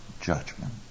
judgment